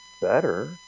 better